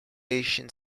asian